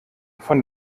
von